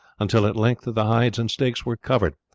until at length the hides and stakes were covered,